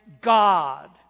God